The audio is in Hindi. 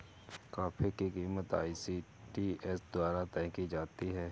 कॉफी की कीमत आई.सी.टी.ए द्वारा तय की जाती है